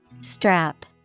Strap